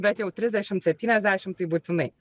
bet jau trisdešimt septyniasdešim tai būtinai